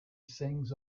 sings